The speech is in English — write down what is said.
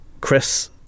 Chris